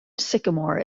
sycamore